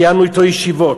קיימנו אתו ישיבות.